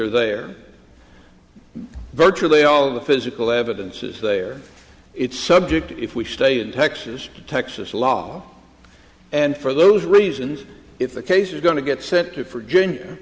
are there virtually all of the physical evidence is there it's subject if we stay in texas texas law and for those reasons if the case is going to get set for jun